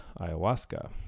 ayahuasca